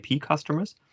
customers